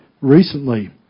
recently